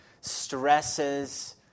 stresses